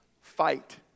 fight